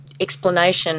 explanation